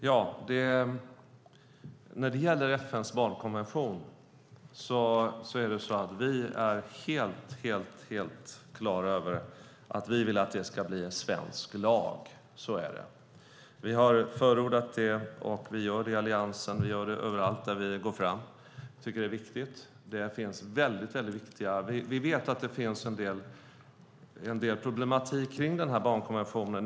Herr talman! När det gäller FN:s barnkonvention vill vi helt och fullt att den ska bli svensk lag. Så är det. Vi har förordat det. Vi gör det i Alliansen. Vi gör det överallt där vi går fram. Vi tycker att det är viktigt. Vi vet att det finns en viss problematik kring barnkonventionen.